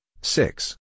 six